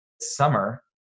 summer